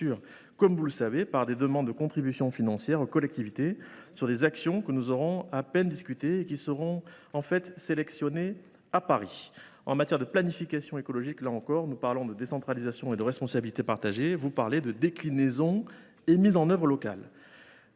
comme vous le savez, par des demandes de contributions financières adressées aux collectivités sur des actions dont nous aurons à peine discuté et qui seront, en fait, sélectionnées à Paris. En matière de planification écologique comme dans d’autres domaines, nous parlons de décentralisation et de responsabilités partagées quand vous parlez de « déclinaison » et de « mise en œuvre » locales.